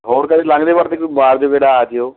ਹੋਰ ਕਦੇ ਲੰਘਦੇ ਵੜਦੇ ਕੋਈ ਮਾਰ ਜਿਉ ਗੇੜਾ ਆ ਜਿਉ